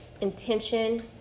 intention